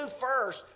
first